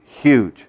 huge